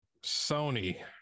Sony